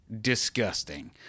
Disgusting